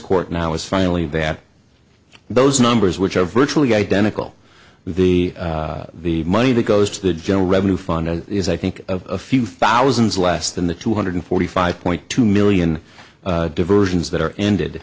court now is finally that those numbers which are virtually identical the the money that goes to the general revenue fund and is i think of few thousands less than the two hundred forty five point two million diversions that are ended